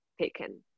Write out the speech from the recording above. taken